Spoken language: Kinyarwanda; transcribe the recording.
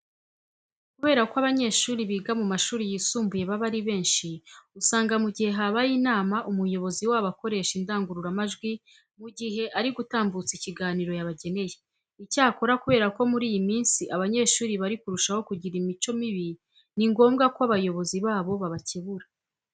Kubera ko abanyeshuri biga mu mashuri yisumbuye baba ari benshi usanga mu gihe habaye inama umuyobozi wabo akoresha indangururamajwi mu gihe ari gutambutsa ikiganiro yabageneye. Icyakora kubera ko muri iyi minsi abanyeshuri bari kurushaho kugira imico mibi, ni ngombwa ko abayobozi babo babakebura.